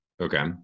Okay